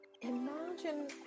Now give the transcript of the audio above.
imagine